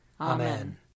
Amen